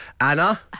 anna